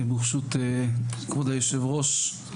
ברשות כבוד היושב-ראש,